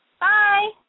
Bye